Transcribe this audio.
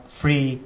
free